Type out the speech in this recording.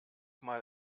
mal